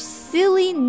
silly